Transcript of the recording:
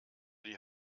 die